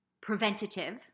preventative